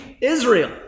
Israel